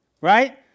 right